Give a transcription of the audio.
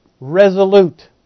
Resolute